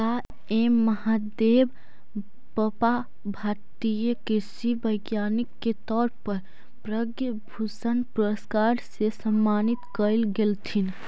डॉ M Mahadevappa भारतीय कृषि वैज्ञानिक के तौर पर पद्म भूषण पुरस्कार से सम्मानित कएल गेलथीन